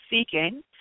seeking